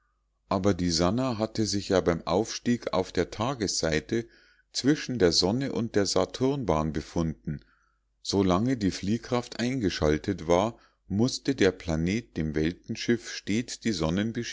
aber die sannah hatte sich ja beim aufstieg auf der tagesseite zwischen der sonne und der saturnbahn befunden so lange die fliehkraft eingeschaltet war mußte der planet dem weltschiff stets die